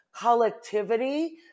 collectivity